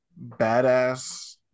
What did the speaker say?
badass